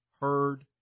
heard